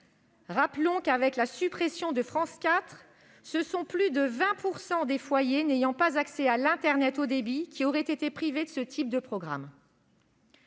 Rappelons que, avec la suppression de France 4, ce sont plus de 20 % des foyers n'ayant pas accès à l'internet haut débit, qui auraient été privés de ce type de programmes.